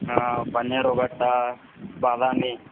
ಹಾಂ ಬನ್ನೇರುಘಟ್ಟ ಬಾದಾಮಿ